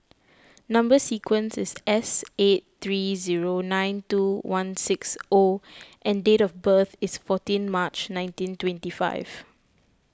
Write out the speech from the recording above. Number Sequence is S eight three zero nine two one six O and date of birth is fourteen March nineteen twenty five